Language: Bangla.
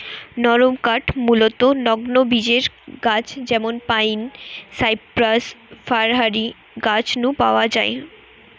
নরমকাঠ মূলতঃ নগ্নবীজের গাছ যেমন পাইন, সাইপ্রাস, ফার হারি গাছ নু পাওয়া যায়